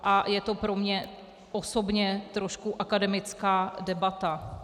A je to pro mě osobně trošku akademická debata.